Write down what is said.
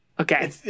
Okay